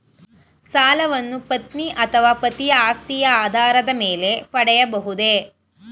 ಸಾಲವನ್ನು ಪತ್ನಿ ಅಥವಾ ಪತಿಯ ಆಸ್ತಿಯ ಆಧಾರದ ಮೇಲೆ ಪಡೆಯಬಹುದೇ?